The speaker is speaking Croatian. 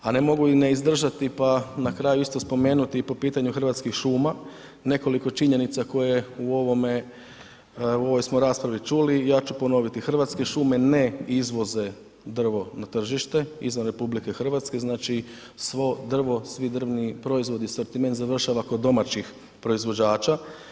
A ne mogu i ne izdržati pa na kraju isto spomenuti i po pitanju Hrvatskih šuma nekoliko činjenica koje u ovome, u ovoj smo raspravi čuli, ja ću ponoviti, Hrvatske šume ne izvoze drvo na tržište izvan RH, znači svo drvo, svi drvni proizvodi, sortimen završava kod domaćih proizvođača.